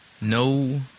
no